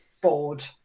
board